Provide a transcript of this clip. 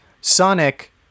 sonic